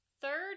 third